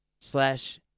slash